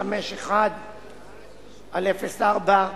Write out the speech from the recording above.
6751/04,